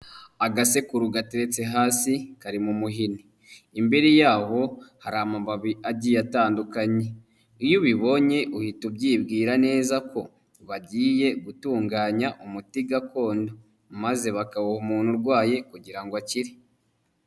Agasekuru gateretse hasi karimo muhini, imbere yaho hari amababi agiye atandukanye iyo ubibonye uhita ubyibwira neza ko bagiye gutunganya umuti gakondo maze bakabaha umuntu urwaye kugira ngo akire.